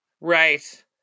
Right